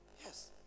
Yes